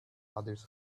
others